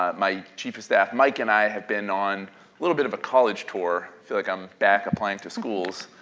um my chief of staff mike and i have been on a little bit of a college tour, feel like i'm back applying to schools,